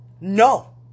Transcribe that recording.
No